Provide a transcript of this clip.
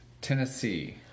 Tennessee